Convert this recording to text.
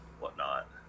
whatnot